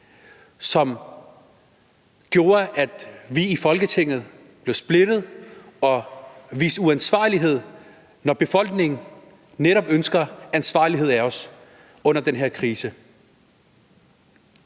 som gjorde, at vi i Folketinget blev splittet og viste uansvarlighed, da befolkningen netop ønskede ansvarlighed af os under den her krise.